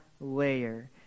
layer